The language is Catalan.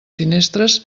finestres